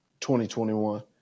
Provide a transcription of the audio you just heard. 2021